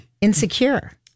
Insecure